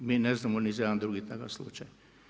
Mi ne znamo ni za jedan drugi takav slučaj.